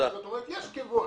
זאת אומרת, יש כיוון.